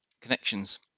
connections